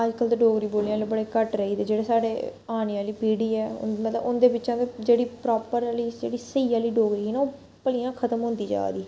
अज्जकल ते डोगरी बोलने आह्ले बड़े घट्ट रेही गेदे जेह्ड़ी साढ़े आने आह्ली पीढ़ी ऐ मतलब उंदे बिच्चा ते जेह्ड़ी परापर आह्ली स्हेई आह्ली डोगरी ऐ न मतलब भलेआं खतम होंदी जा दी